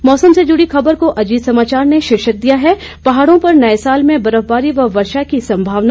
मौसम से जुड़ी खबर को अजीत समाचार ने शीर्षक दिया है पहाड़ों पर नए साल में बर्फबारी व वर्षा की संभावना